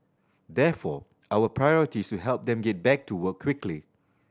therefore our priority is to help them get back to work quickly